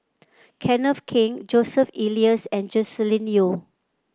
Kenneth Keng Joseph Elias and Joscelin Yeo